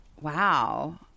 wow